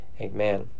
Amen